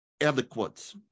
adequate